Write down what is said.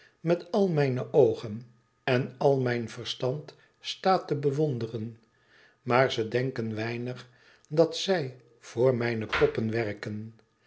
met al mijne oogen en al mijn verstand sta te bewonderen maar ze denken weinig dat zij voor mijne poppen werken